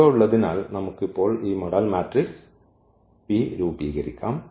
ഇവ ഉള്ളതിനാൽ നമുക്ക് ഇപ്പോൾ ഈ മോഡൽ മാട്രിക്സ് P രൂപീകരിക്കാം